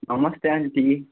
नमस्ते आन्टी